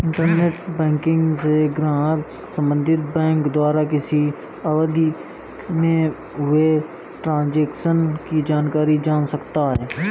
internet banking से ग्राहक संबंधित बैंक द्वारा किसी अवधि में हुए ट्रांजेक्शन की जानकारी जान सकता है